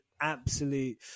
absolute